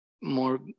more